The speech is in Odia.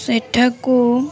ସେଠାକୁ